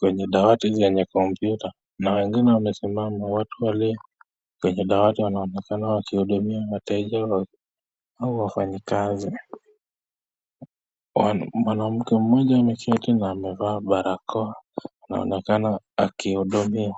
kwenye dawati zenye komputa na wengine wame simama watu walio kwenye dawati wanaonekana waki hudumia wateja wao hawa wafanyikazi. Mwanamke mmoja ameketi na amevaa barakoa anaonekana aki hudumiwa.